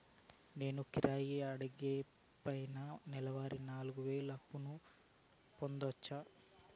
నేను కిరాణా అంగడి పైన నెలవారి నాలుగు వేలు అప్పును పొందొచ్చా?